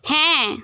হ্যাঁ